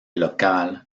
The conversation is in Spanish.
local